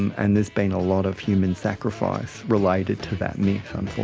and there's been a lot of human sacrifice related to that myth